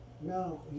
no